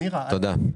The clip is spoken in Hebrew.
תודה.